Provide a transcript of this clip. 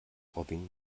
robin